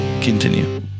continue